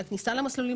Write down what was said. לכניסה למסלולים